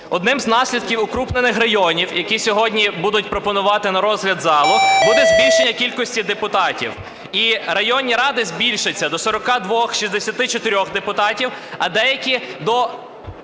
Одним з наслідків укрупнених районів, які сьогодні будуть пропонувати на розгляд залу, буде збільшення кількості депутатів. І районні ради збільшаться до 42-64 депутатів, а деякі до…